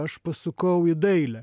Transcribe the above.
aš pasukau į dailę